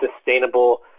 sustainable